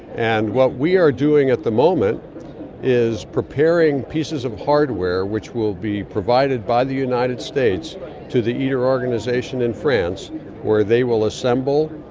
and what we are doing at the moment is preparing pieces of hardware which will be provided by the united states to the iter organisation in france where they will assemble,